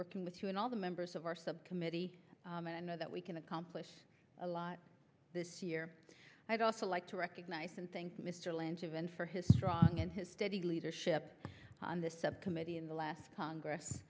working with you and all the members of our subcommittee and i know that we can accomplish a lot this year i'd also like to recognize and thank mr lynn toobin for his strong and his steady leadership the subcommittee in the last congress